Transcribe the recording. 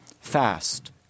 Fast